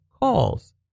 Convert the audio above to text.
calls